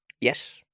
Yes